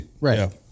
Right